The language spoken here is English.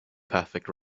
perfect